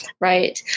right